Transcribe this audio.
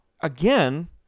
again